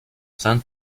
san